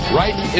right